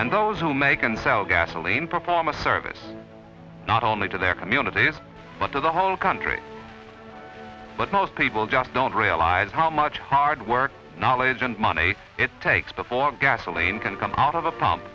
and those who make and sell gasoline perform a service not only to their communities but to the whole country but most people just don't realize how much hard work knowledge and money it takes before gasoline can come out of the p